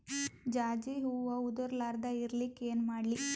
ಜಾಜಿ ಹೂವ ಉದರ್ ಲಾರದ ಇರಲಿಕ್ಕಿ ಏನ ಮಾಡ್ಲಿ?